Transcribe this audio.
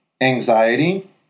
Anxiety